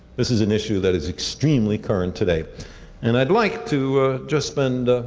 this is an issue that is extremely current today and i'd like to just spend